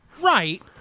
Right